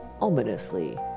ominously